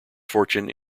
fortune